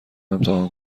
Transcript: امتحان